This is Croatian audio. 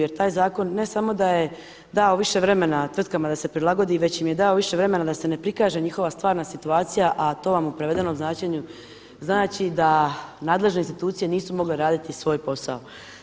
Jer taj zakon ne samo da je dao više vremena tvrtkama da se prilagodi, već im je dao više vremena da se ne prikaže njihova stvarna situacija, a to vam u prevedenom značenju znači da nadležne institucije nisu mogle raditi svoj posao.